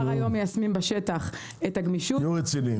תהיו רציניים.